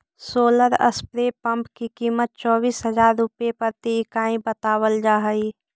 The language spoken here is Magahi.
सोलर स्प्रे पंप की कीमत चौबीस हज़ार रुपए प्रति इकाई बतावल जा हई